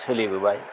सोलिबोबाय